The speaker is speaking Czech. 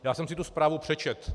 Já jsem si tu zprávu přečetl.